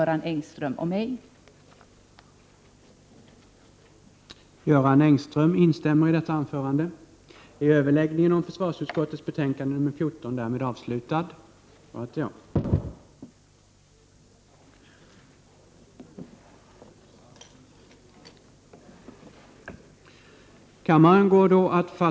Kammaren övergick till att fatta beslut i ärendet.